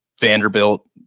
Vanderbilt